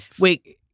Wait